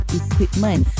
equipment